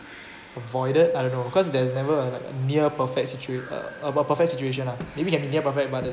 avoided I don't know because there's never a near perfect situa~ a a a perfect situation lah maybe can be near perfect but the